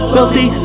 Wealthy